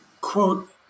quote